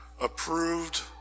approved